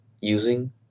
using